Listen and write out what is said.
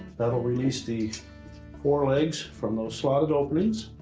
that'll release the four legs from those slotted openings.